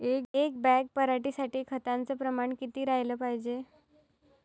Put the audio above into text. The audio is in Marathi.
एक बॅग पराटी साठी खताचं प्रमान किती राहाले पायजे?